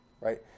Right